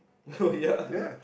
oh yeah